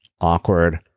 awkward